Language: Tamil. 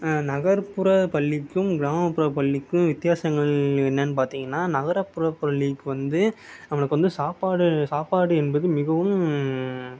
நகர்புற பள்ளிக்கும் கிராமபுற பள்ளிக்கும் வித்தியாசங்கள் என்னெனனு பார்த்தீங்கன்னா நகரபுற பள்ளிக்கு வந்து நம்மளுக்கு வந்து சாப்பாடு சாப்பாடு என்பது மிகவும்